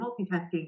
multitasking